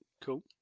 Cool